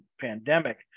pandemic